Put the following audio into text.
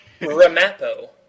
Ramapo